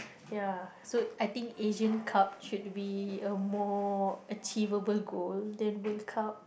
ya so I think Asian Cup should be a more achievable goal than World Cup